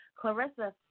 Clarissa